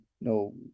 no